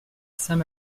saint